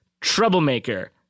Troublemaker